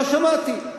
לא שמעתי.